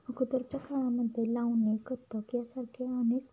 अगोदरच्या काळामध्ये लावणी कथ्थक यासारखे अनेक